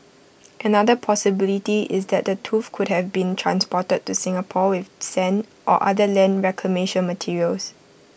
another possibility is that the tooth could have been transported to Singapore with sand or other land reclamation materials